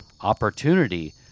Opportunity